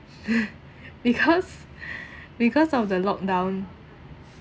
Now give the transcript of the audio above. because because of the lock down